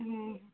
ହୁଁ